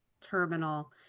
terminal